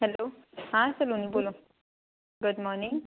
hello हाँ सलोनी बोलो good morning